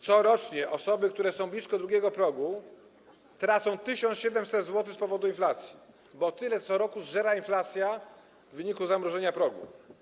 Corocznie osoby, które są blisko drugiego progu, tracą 1700 zł z powodu inflacji, bo tyle co roku zżera inflacja w wyniku zamrożenia progu.